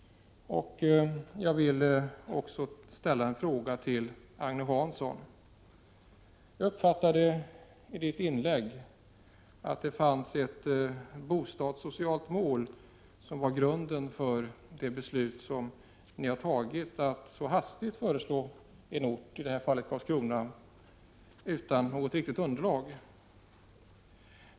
Jag vill också ställa en fråga till Agne Hansson. Jag uppfattade hans inlägg så att centerpartiet hade ett bostadssocialt mål som grund för att så hastigt besluta om att föreslå en ort, i detta fall Karlskrona, utan något riktigt underlag.